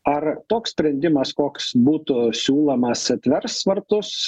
ar toks sprendimas koks būtų siūlomas atvers vartus